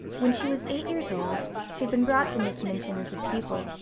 when she was eight years old, she had been brought to miss minchin as a pupil,